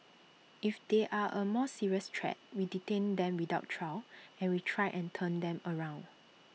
if they are A more serious threat we detain them without trial and we try and turn them around